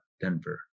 Denver